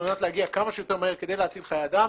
מנת להגיע כמה שיותר מהר כדי להציל חיי אדם?